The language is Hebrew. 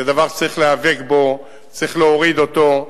זה דבר שצריך להיאבק בו, צריך להוריד אותו.